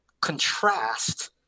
contrast